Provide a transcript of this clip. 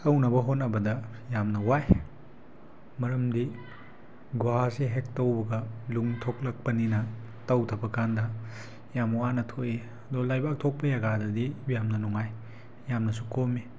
ꯇꯧꯅꯕ ꯍꯣꯠꯅꯕꯗ ꯌꯥꯝꯅ ꯋꯥꯏ ꯃꯔꯝꯗꯤ ꯒꯨꯍꯥꯁꯦ ꯍꯦꯛ ꯇꯧꯕꯒ ꯅꯨꯡ ꯊꯣꯛꯂꯛꯄꯅꯤꯅ ꯇꯧꯊꯕꯀꯥꯟꯗ ꯌꯥꯝ ꯋꯥꯅ ꯊꯣꯛꯏ ꯑꯗꯣ ꯂꯩꯕꯥꯛ ꯊꯣꯛꯄ ꯖꯒꯥꯗꯗꯤ ꯌꯥꯝꯅ ꯅꯨꯡꯉꯥꯏ ꯌꯥꯝꯅꯁꯨ ꯀꯣꯝꯃꯤ